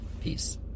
Peace